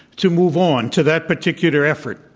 to move on to that particular effort.